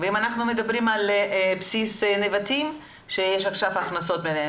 ואם מדברים על בסיס נבטים שיש הכנסות ממנו,